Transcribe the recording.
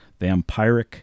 Vampiric